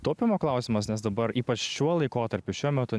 taupymo klausimas nes dabar ypač šiuo laikotarpiu šiuo metu